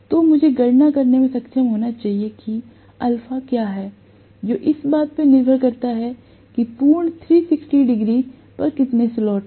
तो मुझे गणना करने में सक्षम होना चाहिए कि α क्या है जो इस बात पर निर्भर करता है कि पूर्ण 360 डिग्री पर कितने स्लॉट हैं